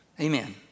Amen